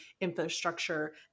infrastructure